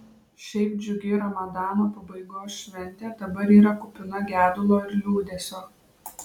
šiaip džiugi ramadano pabaigos šventė dabar yra kupina gedulo ir liūdesio